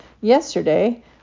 yesterday